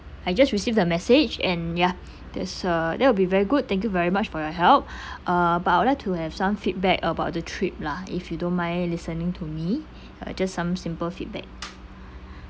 I just received the message and ya there's uh that will be very good thank you very much for your help uh but I would like to have some feedback about the trip lah if you don't mind listening to me uh just some simple feedback